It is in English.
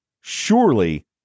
surely